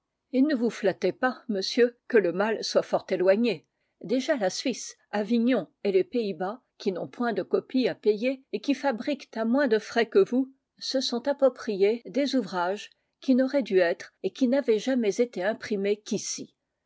et ne vous flattez pas monsieur que le mal soit fort éloigné déjà la suisse avignon et les pays-bas qui n'ont point de copie à payer et qui fabriquent à moins de frais que vous se sont approprié des ouvrages qui n'auraient dû être et qui n'avaient jamais été imprimés qu'ici